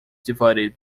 divided